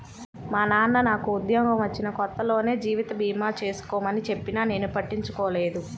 మా నాన్న నాకు ఉద్యోగం వచ్చిన కొత్తలోనే జీవిత భీమా చేసుకోమని చెప్పినా నేను పట్టించుకోలేదు